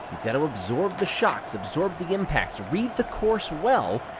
got to absorb the shocks, absorb the impacts, read the course well,